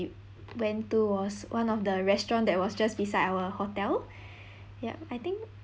went to was one of the restaurant that was just beside our hotel yup I think